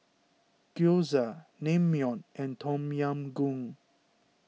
Gyoza Naengmyeon and Tom Yam Goong